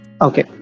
Okay